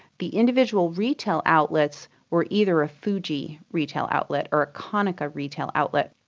the individual retail outlets were either a fuji retail outlet or a konica retail outlet,